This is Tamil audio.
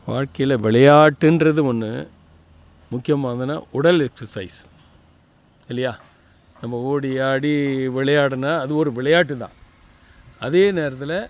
வாழ்கையில் விளையாட்டுன்றது ஒன்று முக்கியமானதுன்னா உடல் எக்ஸர்சைஸ் இல்லையா நம்ம ஓடி ஆடி விளையாடினா அது ஒரு விளையாட்டு தான் அதே நேரத்தில்